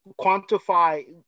quantify